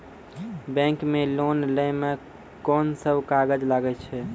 Bank मे loan लै मे कोन सब कागज लागै छै?